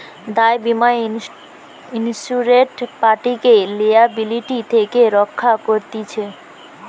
দায় বীমা ইন্সুরেড পার্টিকে লিয়াবিলিটি থেকে রক্ষা করতিছে